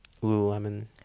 lululemon